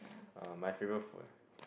uh my favourite food ah